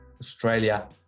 Australia